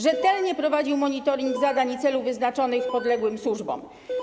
Rzetelnie prowadził on monitoring zadań i celów wyznaczonych podległym służbom.